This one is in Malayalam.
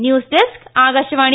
news desk Akashvani